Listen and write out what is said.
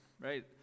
right